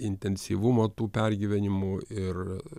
intensyvumą tų pergyvenimų ir